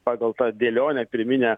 pagal tą dėlionę pirminę